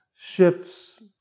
ships